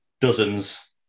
dozens